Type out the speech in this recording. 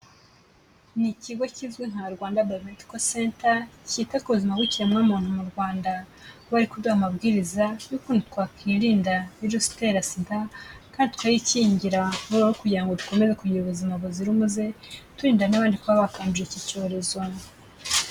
Ni ikigo kizwi nka Rwanda biomedical center cyita ku buzima bw'ikiremwamuntu mu rwanda, bari kuduha amabwiriza y'ukuntu twakwirinda virusi itera SIDA, kandi turakayikingira. Mu rwego rwo kugira ngo dukomeze kugira ubuzima buzira umuze, turinda n'abandi kuba bakandura iki cyorezo.